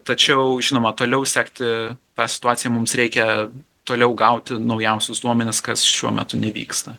tačiau žinoma toliau sekti tą situaciją mums reikia toliau gauti naujausius duomenis kas šiuo metu nevyksta